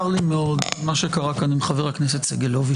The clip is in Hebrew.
צר לי מאוד מה שקרה כאן עם חבר הכנסת סגלוביץ'.